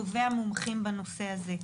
טובי המומחים בנושא הזה.